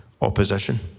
opposition